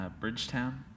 bridgetown